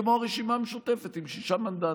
כמו הרשימה משותפת עם שישה מנדטים.